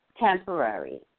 Temporary